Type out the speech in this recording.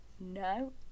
No